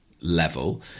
level